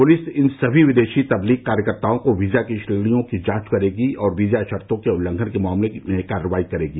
police इन सभी विदेशी तबलीग कार्यकर्ताओं के वीजा की श्रेणियों की जांच करेगी और वीजा शर्तों के उल्लंघन के मामले में कार्रवाई करेगी